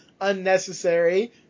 unnecessary